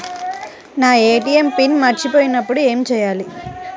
నా ATM pin మరచిపోయినప్పుడు ఏమి చేయాలి?